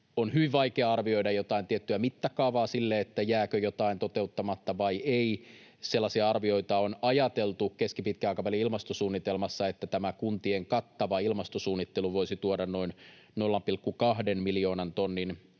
On hyvin vaikea arvioida jotain tiettyä mittakaavaa sille, jääkö jotain toteuttamatta vai ei. Sellaisia arvioita on ajateltu keskipitkän aikavälin ilmastosuunnitelmassa, että tämä kuntien kattava ilmastosuunnittelu voisi tuoda noin 0,2 miljoonan tonnin